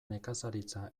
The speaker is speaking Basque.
nekazaritza